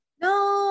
No